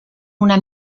una